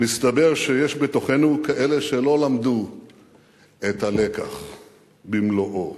מסתבר שיש בתוכנו כאלה שלא למדו את הלקח במלואו.